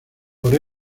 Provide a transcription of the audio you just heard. por